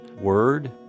word